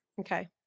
okay